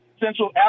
Central